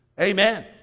Amen